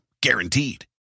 Guaranteed